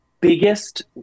biggest